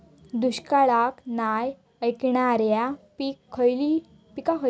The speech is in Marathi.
दुष्काळाक नाय ऐकणार्यो पीका खयली?